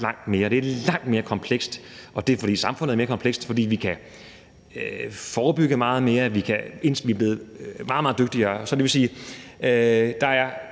langt mere. Det er langt mere komplekst. Det er, fordi samfundet er mere komplekst, og vi kan forebygge meget mere, og vi er blevet meget, meget dygtigere. Det vil sige, at der er